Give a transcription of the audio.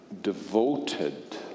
devoted